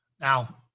Now